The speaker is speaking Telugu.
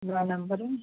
నా నెంబరు